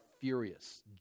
furious